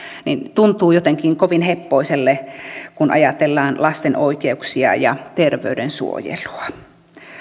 tuntuu jotenkin kovin heppoiselle kun ajatellaan lasten oikeuksia ja terveyden suojelua